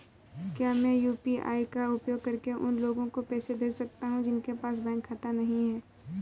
क्या मैं यू.पी.आई का उपयोग करके उन लोगों को पैसे भेज सकता हूँ जिनके पास बैंक खाता नहीं है?